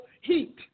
heat